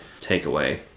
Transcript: takeaway